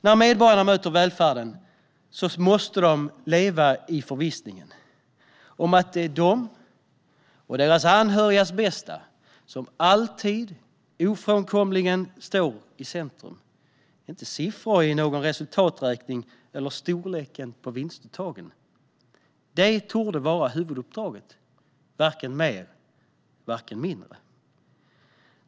När medborgarna möter välfärden måste de leva i förvissningen om att det är de och deras anhörigas bästa som alltid ofrånkomligen står i centrum, inte siffror i en resultaträkning eller storleken på vinstuttagen. Det torde vara huvuduppdraget, varken mer eller mindre.